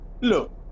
Look